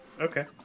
Okay